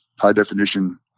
high-definition